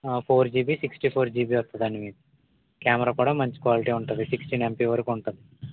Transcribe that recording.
four GB sixty four GB వస్తుందండి మీకు camera కూడా మంచి క్వాలిటీ ఉంటుంది సిస్టీన్ ఎమ్పీ వరకు ఉంటుంది